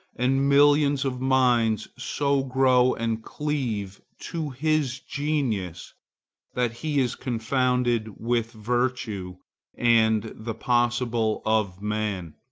and millions of minds so grow and cleave to his genius that he is confounded with virtue and the possible of man.